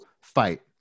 fight